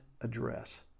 address